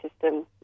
system